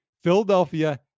Philadelphia